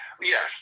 Yes